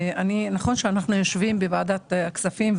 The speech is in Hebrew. נכון שאנחנו יושבים בוועדת הכספים,